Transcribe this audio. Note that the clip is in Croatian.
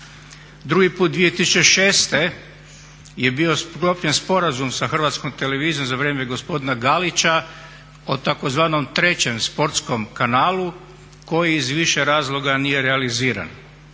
Drugi put 2006. je bio sklopljen sporazum sa Hrvatskom televizijom za vrijeme gospodina Galića o tzv. trećem sportskom kanalu koji iz više razloga nije realiziran.